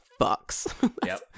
fucks